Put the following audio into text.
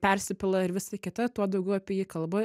persipila ir visa kita tuo daugiau apie jį kalba